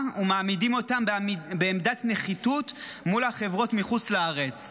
ומעמידים אותם בעמדת נחיתות מול החברות מחוץ לישראל.